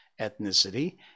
ethnicity